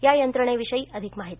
या यंत्रणेविषयी अधिक माहिती